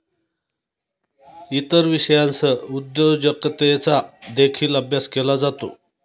इतर विषयांसह उद्योजकतेचा देखील अभ्यास केला जातो